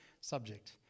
subject